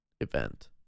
event